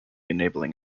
enabling